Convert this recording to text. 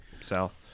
South